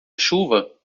chuva